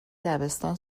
دبستان